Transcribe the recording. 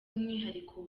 umwihariko